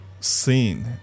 scene